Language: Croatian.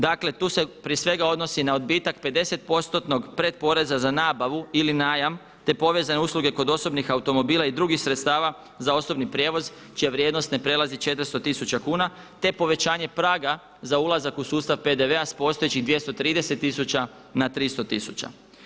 Dakle, tu se prije svega odnosi na odbitak 50%tnog pretporeza za nabavu ili najam te povezane usluge kod osobnih automobila i drugih sredstava za osobni prijevoz čija vrijednost ne prelazi 400 tisuća kuna, te povećanje praga za ulazak u sustav PDV-a s postojećih 230 tisuća na 300 tisuća.